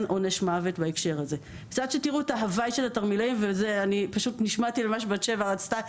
עכשיו תראו את ההווי של התרמילאים ונשמעתי למה שבת שבע רצתה,